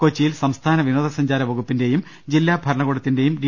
കൊച്ചിയിൽ സംസ്ഥാന വിനോദസഞ്ചാരവുകുപ്പിന്റെയും ജില്ലാ ഭരണകൂടത്തിന്റെയും ഡി